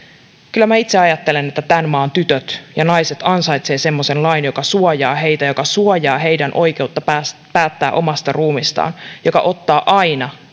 kyllä minä itse ajattelen että tämän maan tytöt ja naiset ansaitsevat semmoisen lain joka suojaa heitä joka suojaa heidän oikeuttaan päättää omasta ruumiistaan joka ottaa aina